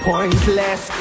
Pointless